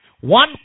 One